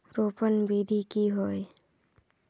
रोपण विधि की होय?